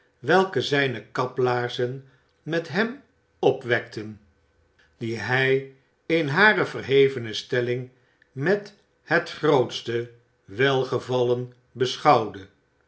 welke zijne kaplaarzen met hem opwekten die hij in hare verhevene stelling met het grootste welgevallen beschouwde